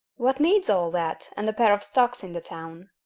what needs all that, and a pair of stocks in the town?